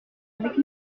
avec